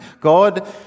God